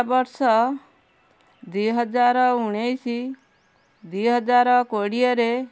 ଶିକ୍ଷାବର୍ଷ ଦୁଇ ହଜାର ଉଣେଇଶ ଦୁଇ ହଜାର କୋଡ଼ିଏରେ